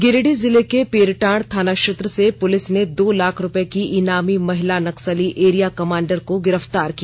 गिरिडीह जिले के पीरटांड थाना क्षेत्र से पुलिस ने दो लाख रुपये की इनामी महिला नक्सली एरिया कमांडर को गिरफ्तार किया